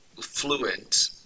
fluent